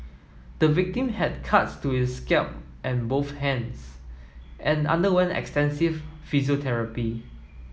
the victim had cuts to his scalp and both hands and underwent extensive physiotherapy